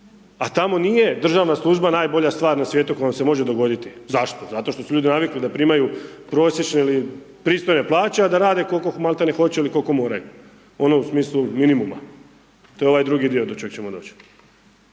a tamo nije državna služba najbolja stvar na svijetu koja vam se može dogoditi, zašto, zato što su ljudi navikli da primaju prosječne ili pristojne plaće a da rade kolko malte hoće ili kolko moraju, ono u smislu minimuma, to je ovaj drugi dio di čeg ćemo doći.